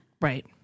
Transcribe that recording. Right